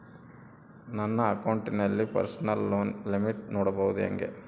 ನನ್ನ ಅಕೌಂಟಿನಲ್ಲಿ personal loan limit ನೋಡದು ಹೆಂಗೆ?